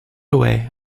away